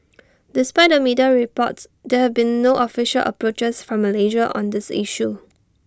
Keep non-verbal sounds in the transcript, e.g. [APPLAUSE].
[NOISE] despite the media reports there have been no official approaches from Malaysia on this issue